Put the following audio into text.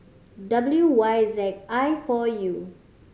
W Y Z I four U